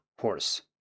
horse